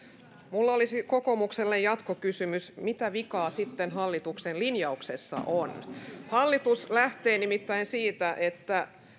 minulla olisi kokoomukselle jatkokysymys mitä vikaa sitten hallituksen linjauksessa on hallitus lähtee nimittäin siitä että